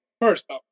First